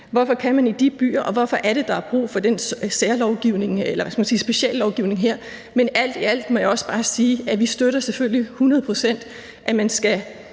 Hvorfor kan man i de byer, og hvorfor er det, der er brug for den særlovgivning eller speciallovgivning her? Men alt i alt må jeg også bare sige, at vi selvfølgelig støtter 100 pct., at man skal